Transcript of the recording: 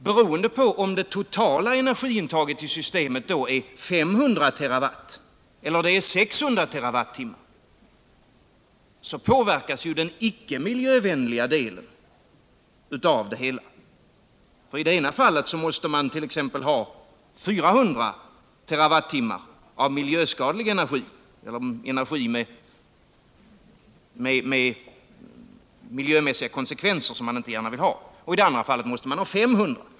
Beroende på om det totala energiintaget i systemet då är 500 TWh celler 600 TWh så påverkas den icke miljövänliga delen av det hela. I det ena fallet måste man ha 400 TWh av miljöskadlig energi eller energi med miljömässiga konsekvenser som man inte gärna vill ha, och i andra fallet måste man ha 500.